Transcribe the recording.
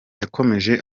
yakomeje